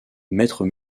maître